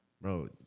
Bro